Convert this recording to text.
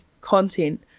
content